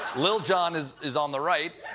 lil jon is is on the right.